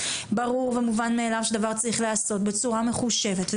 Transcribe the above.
הבן שלי ישב קרוב לחודש וחצי בבית מפאת בידודים אם לא יותר,